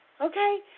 Okay